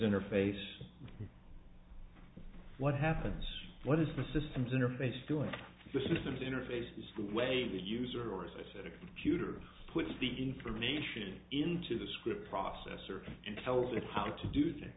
interface what happens what is the systems interface doing the systems interface is the way the user or a specific computer puts the information into the script processor and tells it how to do things